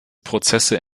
prozesse